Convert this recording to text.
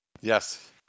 Yes